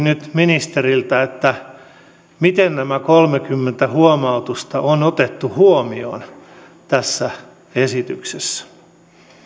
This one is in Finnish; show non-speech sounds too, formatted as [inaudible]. [unintelligible] nyt ministeriltä miten nämä kolmekymmentä huomautusta on otettu huomioon tässä esityksessä